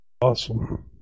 Awesome